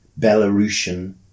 Belarusian